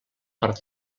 per